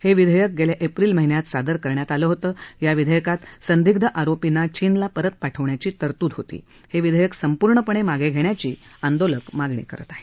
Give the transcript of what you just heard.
हे विधेयक गेल्या एप्रिल महिन्यात सादर करण्यात आलं होतं या विधेयकात संदिग्ध आरोपींना चीनला परत पाठवण्याची तरतुद होती हे विधेयक संपूर्णपणे मागे घेण्याची आंदोलक करत आहेत